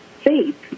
faith